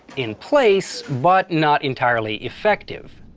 in place, but not entirely effective.